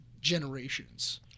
generations